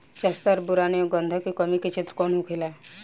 जस्ता और बोरान एंव गंधक के कमी के क्षेत्र कौन होखेला?